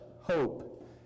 hope